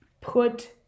put